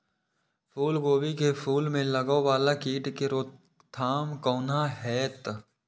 फुल गोभी के फुल में लागे वाला कीट के रोकथाम कौना हैत?